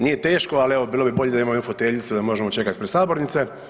Nije teško, ali evo bilo bi bolje da imamo jednu foteljicu da možemo čekati ispred sabornice.